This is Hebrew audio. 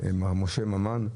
מר משה ממן,